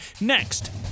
next